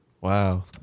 Wow